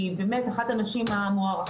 כי היא באמת אחת הנשים המוערכות,